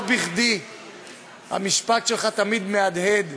לא בכדי המשפט שלך תמיד מהדהד,